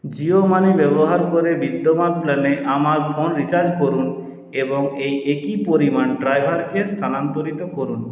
Jio money ব্যবহার করে বিদ্যমান প্ল্যানে আমার ফোন রিচার্জ করুন এবং এই একই পরিমাণ ড্রাইভারকে স্থানান্তরিত করুন